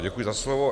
Děkuji za slovo.